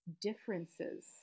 differences